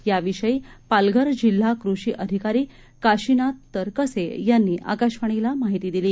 याविषयी पालघर जिल्हा कृषी अधिकारी काशीनाथ तरकसे यांनी आकाशवाणीला माहिती दिली